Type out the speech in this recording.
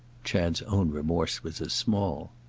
chad's own remorse was as small.